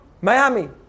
Miami